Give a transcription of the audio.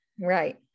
right